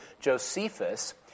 Josephus